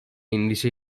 endişe